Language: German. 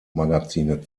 magazine